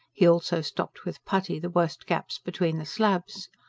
he also stopped with putty the worst gaps between the slabs.